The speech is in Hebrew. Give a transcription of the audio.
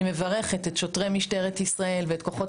אני מברכת את שוטרי משטרת ישראל ואת כוחות